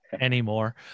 anymore